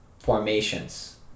formations